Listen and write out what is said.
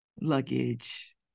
luggage